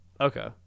Okay